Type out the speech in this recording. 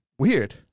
Weird